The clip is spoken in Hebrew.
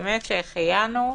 באמת שהחיינו.